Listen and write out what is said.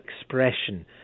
expression